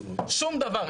שום דבר,